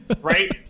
Right